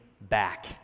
back